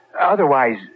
Otherwise